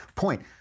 Point